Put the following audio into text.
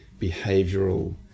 behavioural